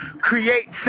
create